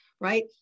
right